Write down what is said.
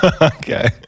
Okay